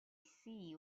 see